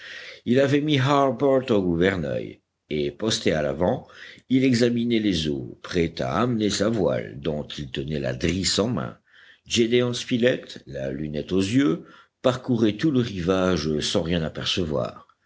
il avait mis harbert au gouvernail et posté à l'avant il examinait les eaux prêt à amener sa voile dont il tenait la drisse en main gédéon spilett la lunette aux yeux parcourait tout le rivage sans rien apercevoir